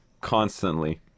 constantly